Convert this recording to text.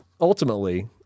ultimately